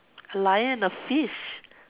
a lion and a fish